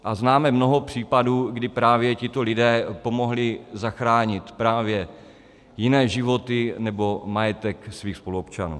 A známe mnoho případů, kdy právě tito lidé pomohli zachránit právě jiné životy nebo majetek svých spoluobčanů.